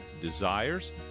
desires